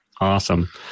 Awesome